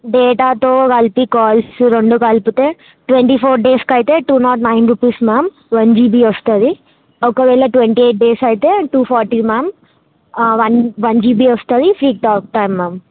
డేటాతో కలిపి కాల్స్ రెండూ కలిపితే ట్వంటీ ఫోర్ డేస్కి అయితే two nought nine rupees ma'am one GB వస్తుంది ఒకవేళ ట్వంటీ ఎయిట్ డేస్ అయితే two forty ma'am one one GB వస్తుంది ఫ్రీ టాక్ టైమ్ మ్యామ్